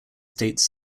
states